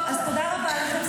אז תודה רבה לכם.